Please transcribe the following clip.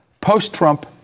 post-Trump